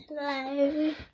Hello